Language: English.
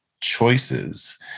choices